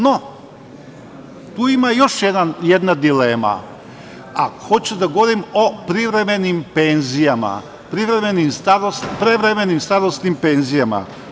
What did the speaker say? No, tu ima još jedna dilema ako hoću da govorim o privremenim penzijama, prevremenim starosnim penzijama.